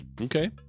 Okay